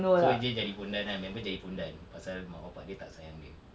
so dia jadi pondan kan member jadi pondan pasal mak bapa dia tak sayang dia